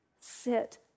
sit